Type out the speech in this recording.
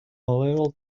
little